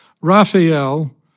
Raphael